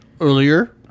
earlier